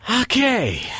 Okay